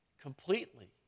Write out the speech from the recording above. completely